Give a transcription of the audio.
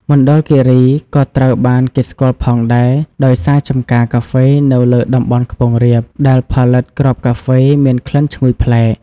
មណ្ឌលគិរីក៏ត្រូវបានគេស្គាល់ផងដែរដោយសារចម្ការកាហ្វេនៅលើតំបន់ខ្ពង់រាប ដែលផលិតគ្រាប់កាហ្វេមានក្លិនឈ្ងុយប្លែក។